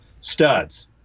studs